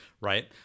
right